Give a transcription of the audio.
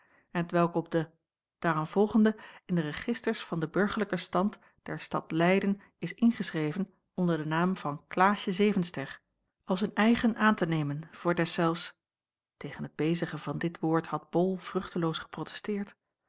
en t welk op den daaraanvolgende in de registers van den burgerlijken stand der stad leyden is ingeschreven onder den naam van klaasje zevenster als hun eigen aan te nemen voor deszelfs tegen het bezigen van dit woord had bol vruchteloos geprotesteerd